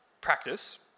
practice